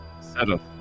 settle